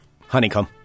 honeycomb